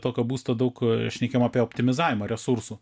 tokio būsto daug šnekėjom apie optimizavimą resursų